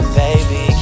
baby